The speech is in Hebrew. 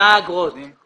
בתקנות לפי סעיף קטן (א)